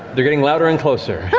they're getting louder and closer. yeah